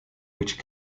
which